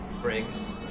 Briggs